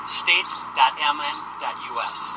state.mn.us